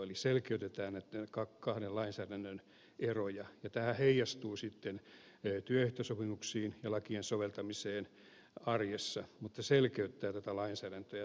eli selkeytetään näiden kahden lainsäädännön eroja ja tämähän heijastuu sitten työehtosopimuksiin ja lakien soveltamiseen arjessa mutta selkeyttää tätä lainsäädäntöä